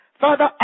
Father